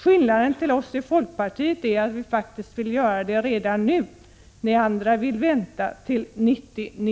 Skillnaden jämfört med oss i folkpartiet är att vi faktiskt vill göra det redan nu. Ni andra vill vänta till 1990/91.